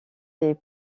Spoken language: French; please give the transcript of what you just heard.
les